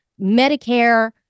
Medicare